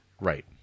Right